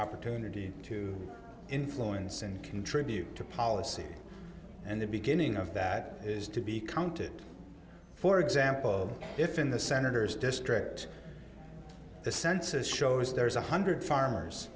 opportunity to influence and contribute to policy and the beginning of that is to be counted for example if in the senator's district the census shows there is one hundred farmers